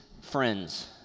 friends